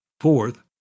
Fourth